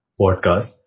podcast